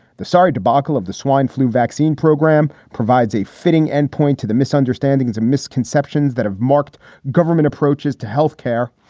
the sorry debacle of the swine flu vaccine program provides a fitting end point to the misunderstandings and misconceptions that have marked government approaches to health care.